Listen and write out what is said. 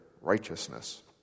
righteousness